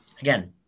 again